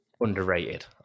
underrated